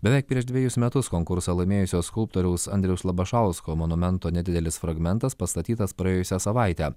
beveik prieš dvejus metus konkursą laimėjusio skulptoriaus andriaus labašausko monumento nedidelis fragmentas pastatytas praėjusią savaitę